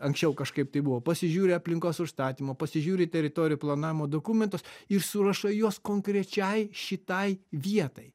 anksčiau kažkaip taip buvo pasižiūri aplinkos užstatymą pasižiūri teritorijų planavimo dokumentus ir surašai juos konkrečiai šitai vietai